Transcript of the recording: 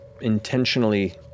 intentionally